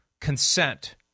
Consent